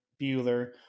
Bueller